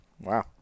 Wow